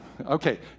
Okay